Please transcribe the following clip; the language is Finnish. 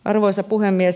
arvoisa puhemies